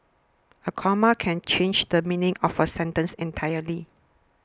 a comma can change the meaning of a sentence entirely